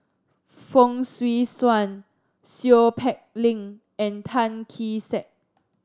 Fong Swee Suan Seow Peck Leng and Tan Kee Sek